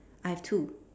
I've two